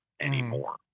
anymore